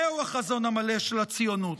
זהו החזון המלא של הציונות,